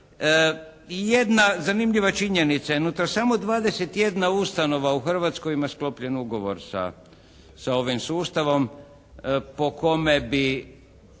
Jedna zanimljiva činjenica je unutra. Samo 21 ustanova u Hrvatskoj ima sklopljen ugovor sa ovim sustavom po kome bi